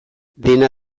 dena